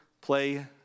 play